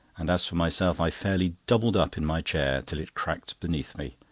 and as for myself, i fairly doubled up in my chair, till it cracked beneath me.